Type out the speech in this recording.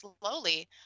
slowly